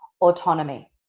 Autonomy